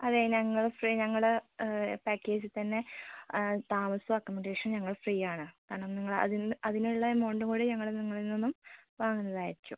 അതെ ഞങ്ങൾ ഇപ്പോൾ ഞങ്ങൾ പാക്കേജിൽ തന്നെ ആ താമസം അക്കോമഡേഷൻ ഞങ്ങൾ ഫ്രീ ആണ് കാരണം നിങ്ങൾ അതിൽ നിന്ന് അതിനുള്ള എമൗണ്ടും കൂടി ഞങ്ങൾ നിങ്ങളിൽ നിന്നും വാങ്ങുന്നത് ആയിരിക്കും